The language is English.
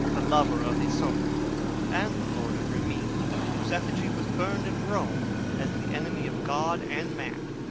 the lover of isotta and the lord of rimini, whose effigy was burned at rome as the enemy of god and man,